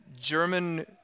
German